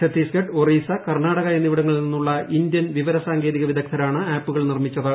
ഛത്തീസ്ഗഡ് ഒറീസ്സ കർണ്ണാടക എന്നിവിടങ്ങളിൽ നിന്നുള്ള ഇന്ത്യൻ വിവര സാങ്കേതിക വിദഗ്ദ്ധരാണ് ആപ്പുകൾ നിർമ്മിച്ചത്